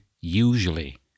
usually